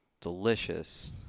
delicious